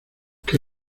que